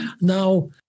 Now